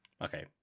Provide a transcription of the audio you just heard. Okay